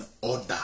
order